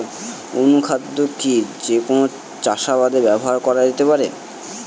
অনুখাদ্য কি যে কোন চাষাবাদে ব্যবহার করা যেতে পারে?